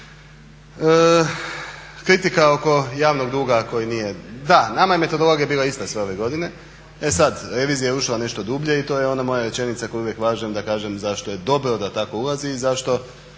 Kritika oko javnog duga koji nije, da nama je metodologija bila ista sve ove godine, e sad revizija je ušla nešto dublje i to je ona moja rečenica koju uvijek važem da kažem zašto je dobro da tako ulazi i zašto